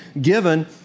given